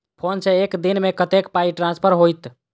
Phone सँ एक दिनमे कतेक पाई ट्रान्सफर होइत?